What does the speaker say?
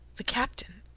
the captain!